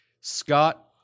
Scott